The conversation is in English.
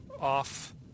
off